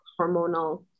hormonal